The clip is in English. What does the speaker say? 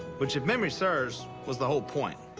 which, if memory serves, was the whole point.